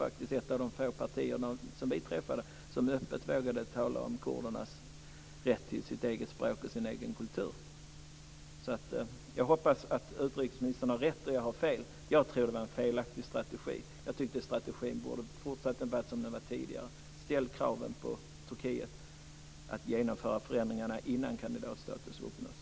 Det är ett av de få partierna som öppet vågar tala om kurdernas rätt till sitt eget språk och sin egen kultur. Jag hoppas att utrikesministern har rätt och jag har fel. Jag tror att det var en felaktig strategi. Jag tycker att strategin skulle ha fortsatt att vara som tidigare, dvs. att ställa kraven på Turkiet att genomföra förändringarna innan status som kandidatland uppnås.